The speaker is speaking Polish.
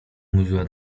mówiła